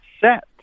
set